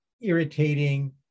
irritating